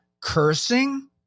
cursing